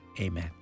Amen